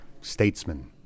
statesman